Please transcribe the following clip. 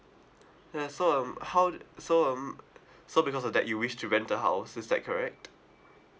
yeah so um how so um so because of that you wish to rent a house is that correct